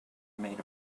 maid